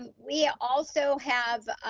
we also have